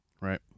Right